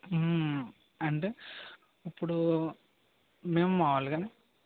అంటే ఇప్పుడు మేము మామూలుగానే